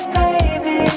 baby